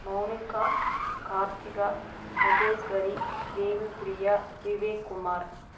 Mounika Karthika Maheswari Devipriya Vivek Kumar